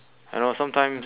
I know sometimes